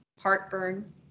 heartburn